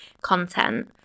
content